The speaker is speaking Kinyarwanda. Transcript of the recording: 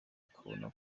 akabona